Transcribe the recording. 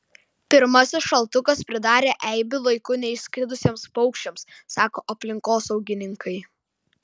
pirmasis šaltukas pridarė eibių laiku neišskridusiems paukščiams sako aplinkosaugininkai